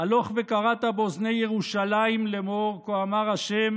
"הלֹך וקראת באזני ירושלם לאמר כה אמר ה'